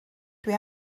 dwi